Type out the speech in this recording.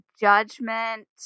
Judgment